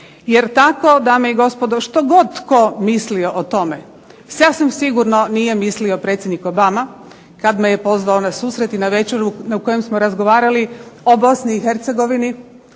jer tako dame i gospodo što god tko mislio o tome, sasvim sigurno nije sigurno predsjednik Obama kada me je pozvao na susret i na večeru na kojoj smo razgovarali o Bosni i Hercegovini,